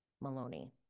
Maloney